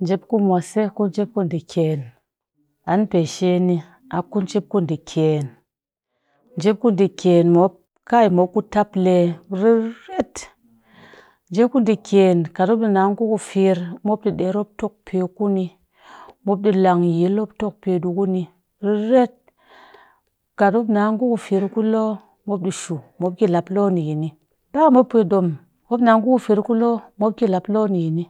njep ku mwase ku njep ku ɗiikyen an pe sheni a ku njep ku ɗiikyen, njep ku ɗiikyen mop kai mop ku tple riret, njep ku ɗiikyen kat mop ɗii na nguku firr mop ɗii ɗer mop tok ɗii kuni, mop ɗii langyil mop tok ɗii kuni riret kat mop na ngu ku firr niku loo mop ɗii shu mop lap loo nini ba mop pe ɗom mop na ngu u firr ni ku loo mop lap loo nini,